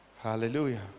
Hallelujah